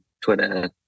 twitter